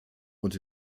und